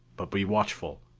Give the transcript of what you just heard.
but be watchful.